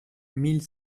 mille